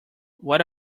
what